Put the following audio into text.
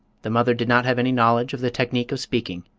the mother did not have any knowledge of the technique of speaking,